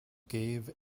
gave